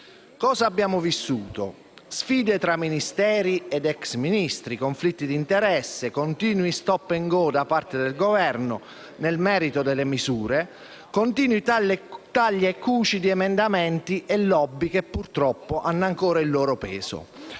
Cosa abbiamo vissuto da allora? Sfide tra Ministeri ed ex Ministri, conflitti di interesse, continui *stop and go* da parte del Governo nel merito delle misure, continui taglia e cuci di emendamenti e *lobby* che, purtroppo, hanno ancora il loro peso.